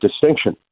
distinction